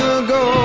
ago